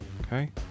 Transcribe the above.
okay